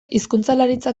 hizkuntzalaritza